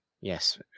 yes